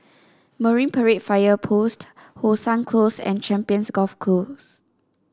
Marine Parade Fire Post How Sun Close and Champions Golf Course